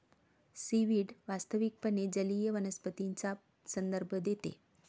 seaweed वास्तविकपणे जलीय वनस्पतींचा संदर्भ देते